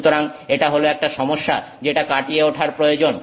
সুতরাং এটা হল একটা সমস্যা যেটা কাটিয়ে ওঠার প্রয়োজন